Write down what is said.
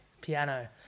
piano